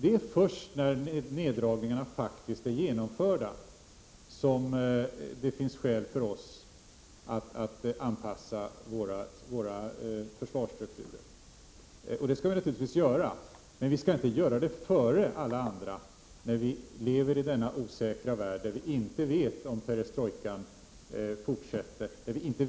Det är först när neddragningarna faktiskt är genomförda som det finns skäl för oss att åstadkomma en anpassning när det gäller våra försvarsstrukturer. Det skall vi naturligtvis göra. Men vi skall inte göra det före alla andra. Vi lever ju i en osäker värld och vet inte om perestrojkan skall fortsätta eller inte.